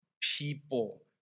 people